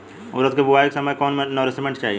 उरद के बुआई के समय कौन नौरिश्मेंट चाही?